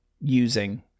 using